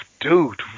dude